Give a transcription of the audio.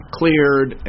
cleared